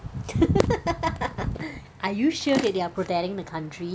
are you sure that they are protecting the country